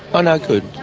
ah no, good.